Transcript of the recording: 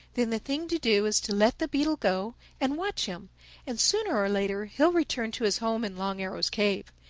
then the thing to do is to let the beetle go and watch him and sooner or later he'll return to his home in long arrow's cave.